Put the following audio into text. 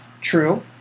True